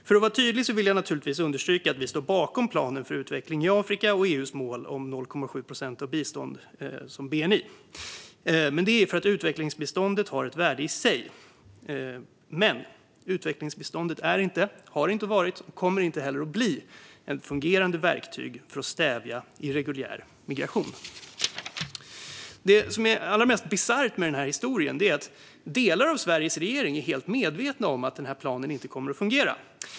För att vara tydlig vill jag understryka att vi naturligtvis står bakom planen för utveckling i Afrika och EU:s mål om 0,7 procent av bni i bistånd, eftersom utvecklingsbiståndet har ett värde i sig. Men utvecklingsbiståndet är inte, har inte varit och kommer inte heller att bli ett fungerande verktyg för att stävja irreguljär migration. Det som är allra mest bisarrt med den här historien är att delar av Sveriges regering är helt medvetna om att denna plan inte kommer att fungera.